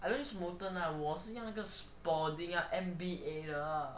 I don't use molten lah 我是用 spalding N_B_A 的 lah